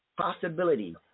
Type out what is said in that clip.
possibility